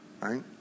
Right